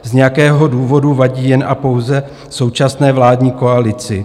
Z nějakého důvodu vadí jen a pouze současné vládní koalici.